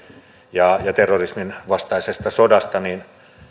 ja terrorismin vastaisesta sodasta